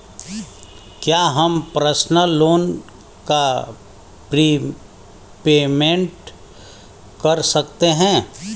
क्या हम personal loan का प्रीपेमेंट कर सकते हैं?